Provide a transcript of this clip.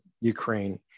Ukraine